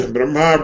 Brahma